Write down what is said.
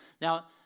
Now